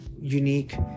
unique